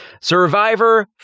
Survivor